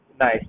nice